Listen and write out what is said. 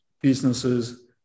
businesses